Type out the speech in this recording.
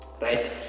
Right